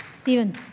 Stephen